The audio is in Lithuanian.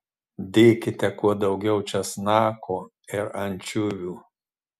dėkite kuo daugiau česnako ir ančiuvių